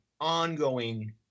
ongoing